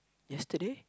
yesterday